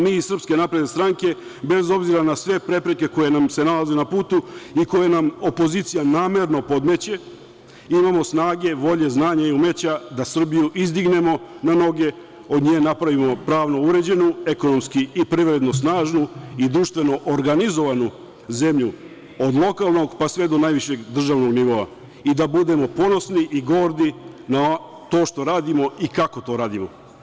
Mi iz SNS, bez obzira na sve prepreke koje nam se nalaze na putu i koje nam opozicija namerno podmeće, imamo snage, volje, znanje i umeća da Srbiju izdignemo na noge, od nje napravimo pravno uređenu, ekonomski i privredno snažnu i društveno organizovanu zemlju, od lokalnog, pa sve do najvišeg državnog nivoa i da budemo ponosni i gordi na to što radimo i kako to radimo.